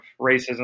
racism